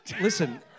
listen